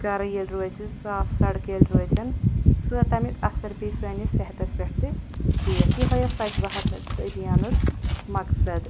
گھرٕ ییٚلہِ روزِ صاف سَڑکہٕ ییٚلہِ روزیٚن سُہ تمیٛک اثر پیٚیہِ سٲنِس صحتَس پٮ۪ٹھ تہِ ٹھیٖک یہٲے اوس سُۄچھ بھارت ابھیانُک مقصد